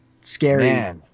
scary